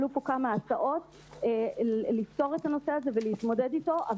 עלו פה כמה הצעות לפתור את הנושא הזה ולהתמודד אתו,